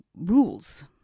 rules